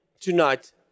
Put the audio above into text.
tonight